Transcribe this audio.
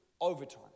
overtime